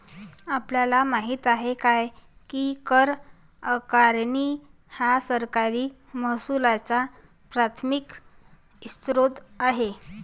आपल्याला माहित आहे काय की कर आकारणी हा सरकारी महसुलाचा प्राथमिक स्त्रोत आहे